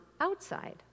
outside